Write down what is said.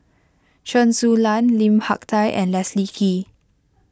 Chen Su Lan Lim Hak Tai and Leslie Kee